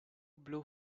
blue